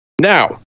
Now